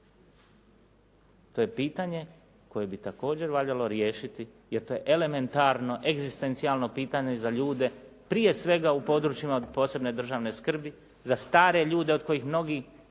To je pitanje koje bi također valjalo riješiti jer to je elementarno egzistencijalno pitanje za ljude prije svega u područjima od posebne državne skrbi, za stare ljude od kojih mnogi sada